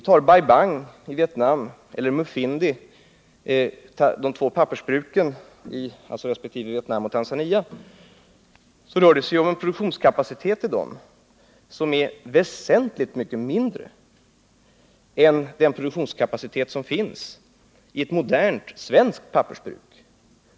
När det gäller exempelvis de två pappersbruken Bai Bang och Mufindi i Vietnam resp. Tanzania, så rör det sig ju om en produktionskapacitet som är väsentligt mycket mindre än den man har i ett modernt svenskt pappersbruk.